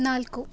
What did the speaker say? ನಾಲ್ಕು